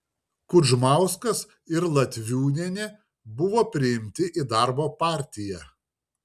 kudžmauskas ir latviūnienė buvo priimti į darbo partiją